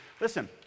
listen